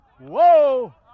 Whoa